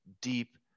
deep